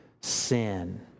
sin